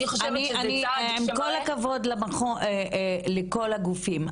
אני, עם כל הכבוד למכון ולכל הגופים.